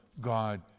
God